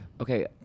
Okay